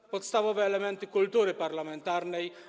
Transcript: To podstawowe elementy kultury parlamentarnej.